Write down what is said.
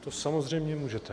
To samozřejmě můžete.